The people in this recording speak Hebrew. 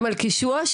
במלכישוע,